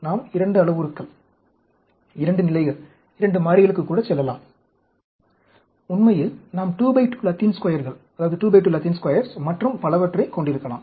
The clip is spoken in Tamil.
நாம் 2 அளவுருக்கள் 2 நிலைகள் 2 மாறிகளுக்கு கூட செல்லலாம் உண்மையில் நாம் 2 பை 2 லத்தீன் ஸ்கொயர்கள் மற்றும் பலவற்றைக் கொண்டிருக்கலாம்